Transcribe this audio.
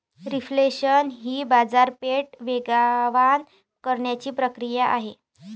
reflation ही बाजारपेठ वेगवान करण्याची प्रक्रिया आहे